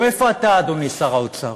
איפה אתה, אדוני שר האוצר?